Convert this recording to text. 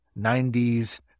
90s